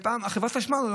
חברת החשמל,